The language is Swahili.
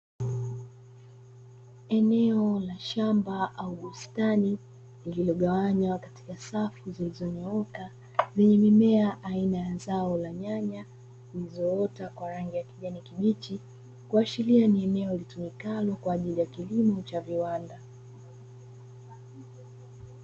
Eneo la shamba au bustani lililogawanywa katika safu zilizonyooka zenye mimea aina ya zao la nyanya, zilizoota kwa rangi ya kijani kibichi kuashiria ni eneo litumikalo kwa ajili ya kilimo cha viwanda.